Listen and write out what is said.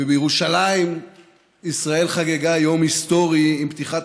ובירושלים ישראל חגגה יום היסטורי עם פתיחת